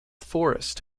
forest